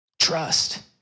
Trust